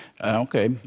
Okay